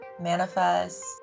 manifest